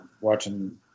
watching